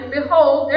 Behold